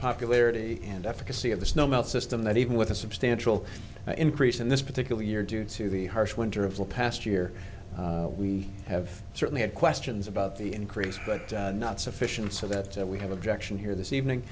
popularity and efficacy of the snow melt system that even with a substantial increase in this particular year due to the harsh winter of the past year we have certainly had questions about the increase but not sufficient so that we have objection here this evening